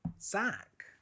Zach